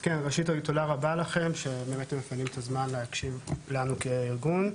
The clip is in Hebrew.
ראשית תודה רבה לכם שבאמת אתם מפנים את הזמן להקשיב לנו כארגון,